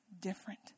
different